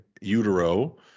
utero